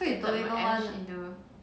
so you don't want